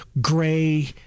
gray